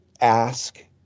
ask